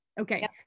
Okay